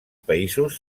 països